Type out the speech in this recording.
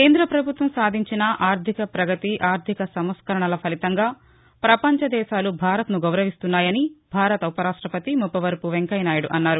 కేంద పభుత్వం సాధించిన ఆర్దిక ప్రగతి ఆర్దిక సంస్కరణల ఫలితంగా పపంచ దేశాలు భారత్ను గౌరవిస్తున్నాయని భారత ఉపరాష్టపతి ముప్పవరపు వెంకయ్యనాయుడు అన్నారు